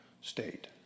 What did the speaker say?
state